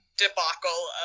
debacle